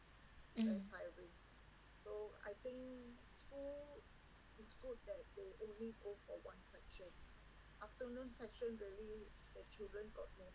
mm